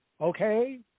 Okay